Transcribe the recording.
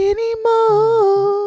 Anymore